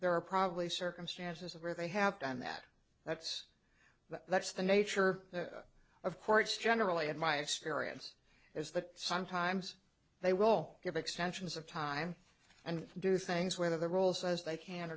there are probably circumstances where they have to and that that's the that's the nature of courts generally in my experience is that sometimes they will give extensions of time and do things where the role says they can